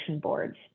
boards